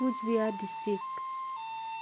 Cooch Behar district